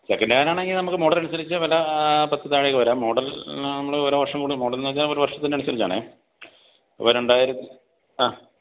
second ഹാൻഡാണെങ്കിൽ നമുക്ക് model അനുസരിച്ച് വില പത്തിനു താഴെ ഒക്കെ വരാം മോഡൽ നമ്മൾ ഓരോ വർഷം കൂടുമ്പോൾ മോഡലെന്നു വെച്ചാൽ ഓരോ വർഷത്തിനനുസരിച്ചാണെ അപ്പോൾ രണ്ടായിരത്തി ആ